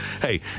hey